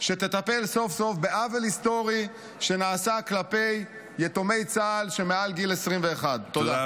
שתטפל סוף-סוף בעוול היסטורי שנעשה כלפי יתומי צה"ל שמעל גיל 21. תודה.